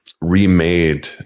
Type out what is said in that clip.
remade